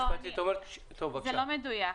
זה לא מדויק.